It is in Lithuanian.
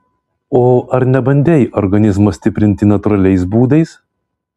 o ar nebandei organizmo stiprinti natūraliais būdais